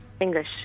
English